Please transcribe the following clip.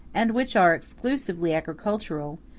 and which are exclusively agricultural,